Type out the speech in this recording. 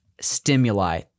stimuli